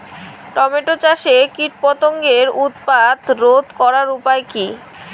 Tomato চাষে কীটপতঙ্গের উৎপাত রোধ করার উপায় কী?